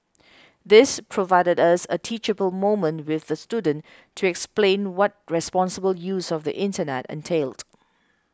this provided us a teachable moment with the student to explain what responsible use of the Internet entailed